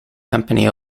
company